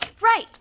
Right